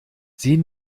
sie